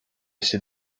się